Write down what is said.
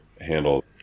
handle